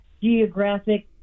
geographic